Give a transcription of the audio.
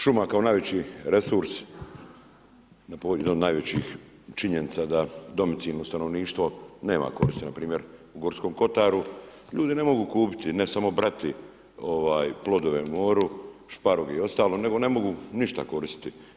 Šuma kao najveći resurs, jedan od najvećih, činjenica da domicilno stanovništvo nema koristi npr. u Gorskom Kotaru, ljudi ne mogu kupiti ne samo brati plodove moru, šparoge i ostalo, nego ne mogu ništa koristiti.